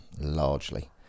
Largely